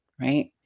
right